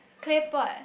pepper